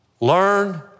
Learn